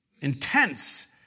intense